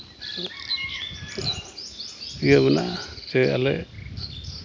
ᱤᱭᱟᱹ ᱢᱮᱱᱟᱜᱼᱟ ᱥᱮ ᱟᱞᱮ